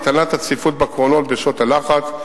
הקטנת הצפיפות בקרונות בשעות הלחץ,